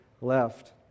left